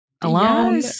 alone